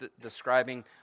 describing